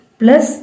plus